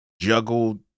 juggle